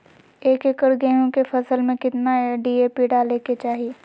एक एकड़ गेहूं के फसल में कितना डी.ए.पी डाले के चाहि?